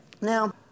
Now